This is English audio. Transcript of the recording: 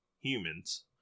humans